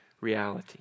reality